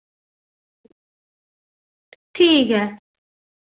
ठीक ऐ